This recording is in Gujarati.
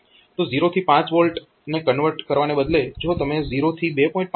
તો 0 થી 5 V ને કન્વર્ટ કરવાને બદલે જો તમે 0 થી 2